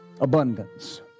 abundance